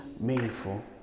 meaningful